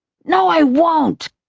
no i won't!